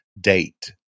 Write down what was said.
date